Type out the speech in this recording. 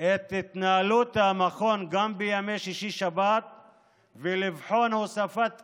את התנהלות המכון גם בימי שישי-שבת ולבחון הוספת תקנים,